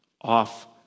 off